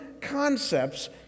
concepts